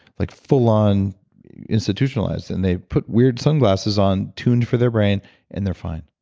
like full-on institutionalized and they put weird sunglasses on tuned for their brain and they're fine.